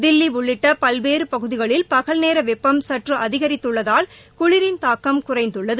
தில்லி உள்ளிட்ட பல்வேறு பகுதிகளில் பகல்நேர வெப்பம் சற்று அதிகரித்துள்ளதால் குளிரின் தாக்கம் குறைந்துள்ளது